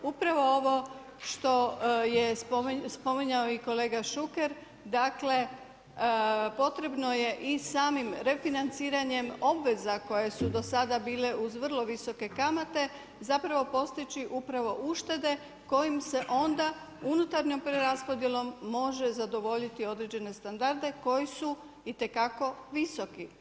Upravo ovo što je spominjao i kolega Šuker dakle, potrebno je i samim refinanciranjem obveza koje su do sada bile uz vrlo visoke kamate, zapravo postići upravo uštede kojim se onda unutarnjom preraspodjelom može zadovoljiti određene standarde koji su itekako visoki.